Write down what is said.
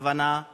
הבנה וכבוד.